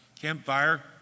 campfire